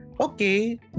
okay